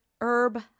Herb